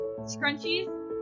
scrunchies